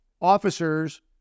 Officers